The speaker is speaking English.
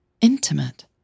intimate